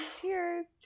Cheers